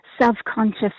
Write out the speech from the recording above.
self-conscious